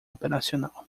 operacional